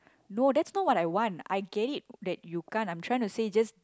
no that's not what I want I get it that you can't I'm trying to say just